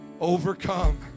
overcome